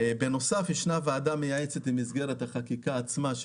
בנוסף יש ועדה מייעצת במסגרת החקיקה עצמה.